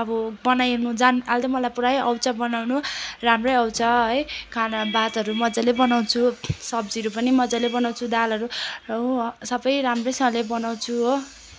अब बनाउनु जानेँ अहिले त मलाई पुरै आउँछ बनाउनु राम्रै आउँछ है खाना भातहरू मजाले बनाउँछु सब्जीहरू पनि मजाले बनाउँछु दालहरू र हो र सबै राम्रैसँगले बनाउँछु हो